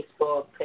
Facebook